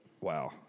Wow